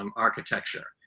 um architecture,